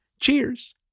Cheers